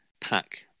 pack